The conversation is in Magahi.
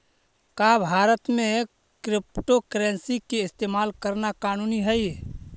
का भारत में क्रिप्टोकरेंसी के इस्तेमाल करना कानूनी हई?